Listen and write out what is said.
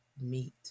meet